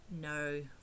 No